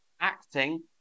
acting